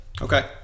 Okay